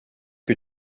que